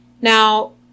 Now